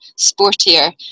sportier